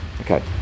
Okay